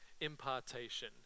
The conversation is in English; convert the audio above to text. impartation